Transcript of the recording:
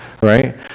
right